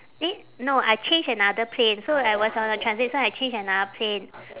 eh no I change another plane so I was on a transit so I change another plane